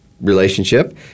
relationship